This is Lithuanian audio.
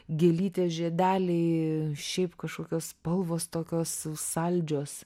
gėlytės žiedeliai šiaip kažkokios spalvos tokios saldžios